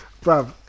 Bro